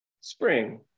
spring